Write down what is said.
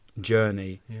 journey